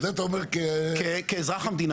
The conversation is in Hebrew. נכון, אני אומר את זה כאזרח המדינה.